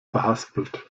verhaspelt